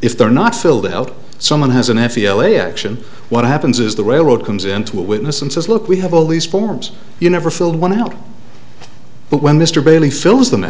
if they're not filled out someone has an f e l a action what happens is the railroad comes into a witness and says look we have all these forms you never filled one out but when mr bailey fills the